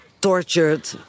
tortured